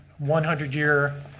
one hundred year.